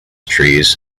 trees